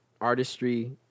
artistry